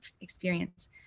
experience